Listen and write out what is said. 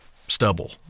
stubble